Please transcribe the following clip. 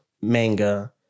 manga